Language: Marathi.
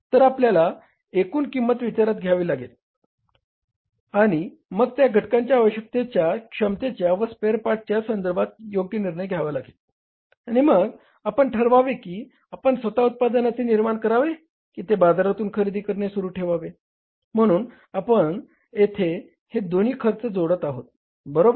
तर आपल्याला एकूण किंमत विचारात घ्यावी लागेल आणि मग त्या घटकाच्या आवश्यकतेच्या क्षमतेच्या व स्पेयर पार्ट संदर्भात निर्णय घ्यावा लागेल आणि मग आपण ठरवावे की आपण स्वतः उत्पादनाचे निर्माण करावे की ते बाजारातून खरेदी करणे सुरु ठेवावे म्हणून आपण येथे हे दोन्ही खर्च जोडत आहोत बरोबर